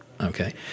Okay